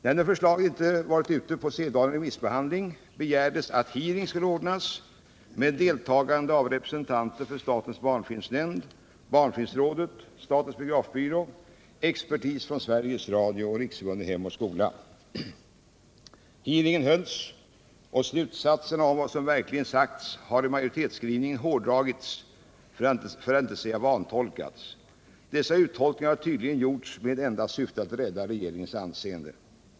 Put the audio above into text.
När nu förslaget inte varit ute på sedvanlig remissbehandling begärdes att hearing skulle ordnas med deltagande av representanter för statens barnfilmnämnd, barnfilmrådet, statens biografbyrå, expertis från Sveriges Radio och Riksförbundet Hem och skola. Hearingen hölls och slutsatserna om vad som verkligen sagts har i majoritetsskrivningen hårdragits — för att inte säga vantolkats. Dessa uttolkningar har tydligen gjorts med enda syftet att rädda regeringens anseende.